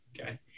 Okay